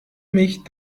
mich